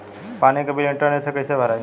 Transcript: पानी के bill internet से कइसे भराई?